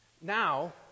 Now